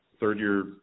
third-year